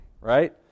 right